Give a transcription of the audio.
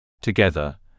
Together